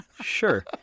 Sure